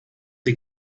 die